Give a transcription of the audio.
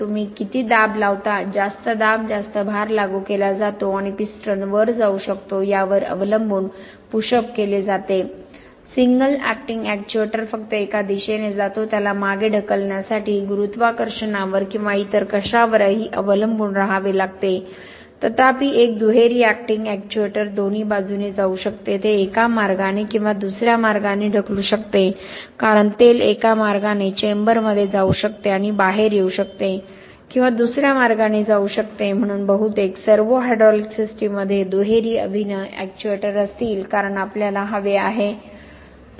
तुम्ही किती दाब लावता जास्त दाब जास्त भार लागू केला जातो आणि पिस्टन वर जाऊ शकतो यावर अवलंबून पुश अप केले जाते सिंगल अॅक्टिंग अॅक्ट्युएटर फक्त एका दिशेने जातो त्याला मागे ढकलण्यासाठी गुरुत्वाकर्षणावर किंवा इतर कशावरही अवलंबून राहावे लागते तथापि एक दुहेरी अॅक्टिंग अॅक्ट्युएटर दोन्ही बाजूने जाऊ शकते ते एका मार्गाने किंवा दुसर्या बाजूने ढकलू शकते कारण तेल एका मार्गाने चेंबरमध्ये जाऊ शकते आणि बाहेर येऊ शकते किंवा दुसर्या मार्गाने जाऊ शकते म्हणून बहुतेक सर्वोहायड्रॉलिक सिस्टमंमध्ये दुहेरी अभिनय एक्च्युएटर असतील कारण आपल्याला हवे आहे